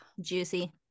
Juicy